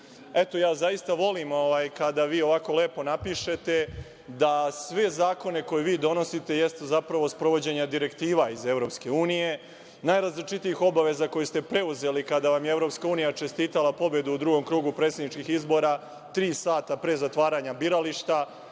ja zaista volim kada vi ovako lepo napišete da sve zakone koje vi donosite jeste zapravo sprovođenje direktiva iz Evropske unije, najrazličitijih obaveza koje ste preuzeli kada vam je EU čestitala pobedu u drugom krugu predsedničkih izbora, tri sata pre zatvaranja birališta,